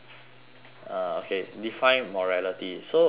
uh okay define morality so uh